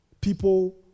people